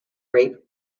rape